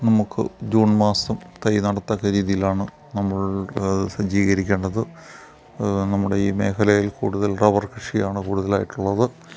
നമുക്ക് ജൂൺ മാസം തൈ നടത്തക്ക രീതിയിലാണ് നമ്മൾ സജ്ജീകരിക്കേണ്ടത് നമ്മുടെ ഈ മേഖലയിൽ കൂടുതൽ റബ്ബർ കൃഷിയാണ് കൂടുതലായിട്ടുള്ളത്